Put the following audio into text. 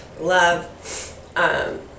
love